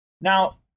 Now